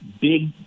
big